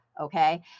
okay